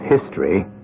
history